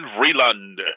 Vreeland